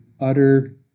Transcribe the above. utter